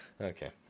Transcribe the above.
Okay